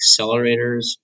accelerators